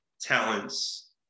talents